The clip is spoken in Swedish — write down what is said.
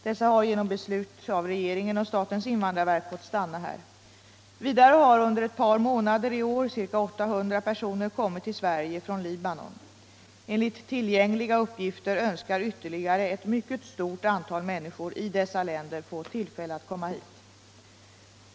Dessa har genom beslut av regeringen och statens invandrarverk fått stanna här. Vidare har under ett par månader i år ca 800 personer kommit till Sverige från Libanon. Enligt tillgängliga uppgifter önskar vtterligare ett Om asyl för Hvktingar undan inbördeskrig i hemlandet Om asyl för flyktingar undan inbördeskrig i hemlandet mycket stort antal människor i dessa länder få tillfälle att komma hit.